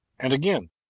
and, again,